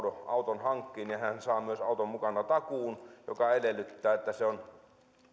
auton hankkii saa auton mukana takuun joka edellyttää että se on